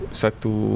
satu